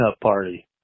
party